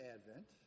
Advent